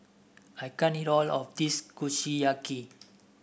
I can't eat all of this Kushiyaki